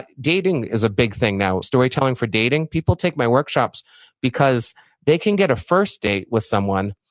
dating is a big thing now, storytelling for dating. people take my workshops because they can get a first date with someone,